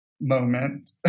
moment